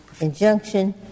Injunction